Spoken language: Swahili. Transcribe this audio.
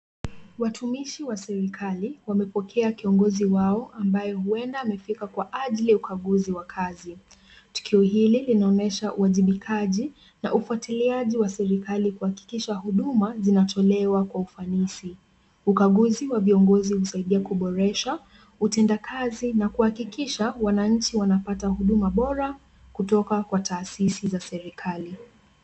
Watumishi wa serikali wamepokea kiongozi wao ambaye huenda amefika kwa ajili ya ukaguzi wa kazi. Tukio hili linaonyesha uwajibikaji na ufuatiliaji wa serikali kuhakikisha huduma zinatolewa kwa ufanisi. Ukaguzi wa viongozi husaidia kuboresha utendakazi na kuhakikisha wananchi wanapata huduma bora kutoka kwa taasisi za serikali.